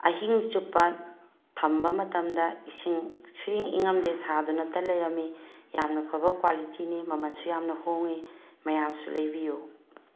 ꯑꯍꯤꯡ ꯆꯨꯞꯄ ꯊꯝꯕ ꯃꯇꯝꯗ ꯏꯁꯤꯡ ꯁꯨꯡꯏꯪ ꯏꯪꯉꯝꯗꯦ ꯁꯥꯗꯨꯅꯇ ꯂꯩꯔꯝꯃꯤ ꯌꯥꯝꯅ ꯐꯕ ꯀ꯭ꯋꯥꯂꯤꯇꯤꯅꯤ ꯃꯃꯜꯁꯨ ꯌꯥꯝꯅ ꯍꯣꯡꯉꯤ ꯃꯌꯥꯝꯁꯨ ꯂꯩꯕꯤꯌꯨ